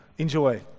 Enjoy